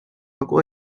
agua